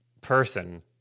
person